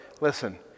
listen